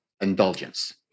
indulgence